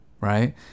Right